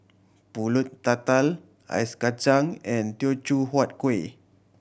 Pulut Tatal Ice Kachang and Teochew Huat Kuih